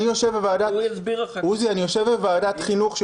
אני יושב בוועדת החינוך --- הוא יסביר לכם.